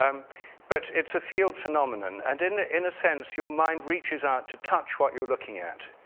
um but it's a field phenomenon and in in a sense, your mind reaches out to touch what you're looking at.